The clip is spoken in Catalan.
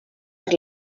per